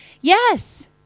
Yes